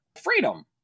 freedom